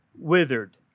withered